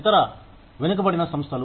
ఇతర వెనుకబడిన సంస్థలు